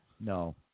No